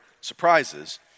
surprises